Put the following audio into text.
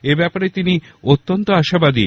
এ ব্যাপারে তিনি অত্যন্ত আশাবাদী